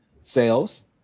Sales